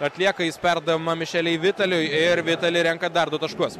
atlieka perdavimą mišelei vitaliui ir vitali renka dar du taškus